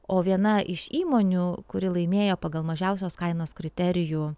o viena iš įmonių kuri laimėjo pagal mažiausios kainos kriterijų